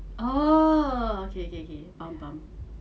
oh okay okay okay faham faham